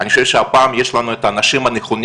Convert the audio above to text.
אני חושב שהפעם יש לנו את האנשים הנכונים